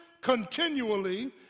continually